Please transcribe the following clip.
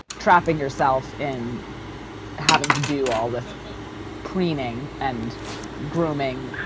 trapping yourself and having to do all this preening and grooming.